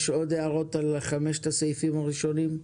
יש עוד הערות לחמשת הסעיפים הראשונים?